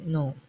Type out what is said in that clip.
No